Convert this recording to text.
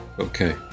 Okay